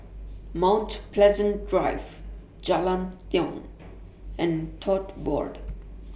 Mount Pleasant Drive Jalan Tiong and Tote Board